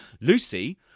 Lucy